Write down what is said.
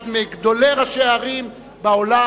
אחד מגדולי ראשי הערים בעולם,